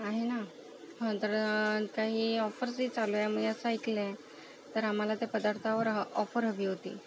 आहे ना हं तर काही ऑफर्सही चालू आहे मी असं ऐकलं आहे तर आम्हाला त्या पदार्थावर ह ऑफर हवी होती